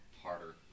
harder